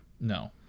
No